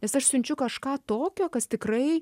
nes aš siunčiu kažką tokio kas tikrai